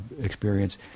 experience